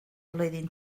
flwyddyn